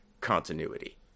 continuity